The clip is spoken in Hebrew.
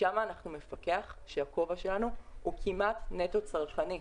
שם אנחנו מפקח שהכובע שלנו הוא כמעט נטו צרכני.